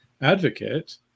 advocate